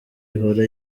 ihora